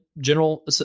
general